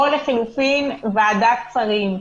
או לחילופין ועדת שרים.